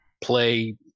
play